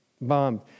bombed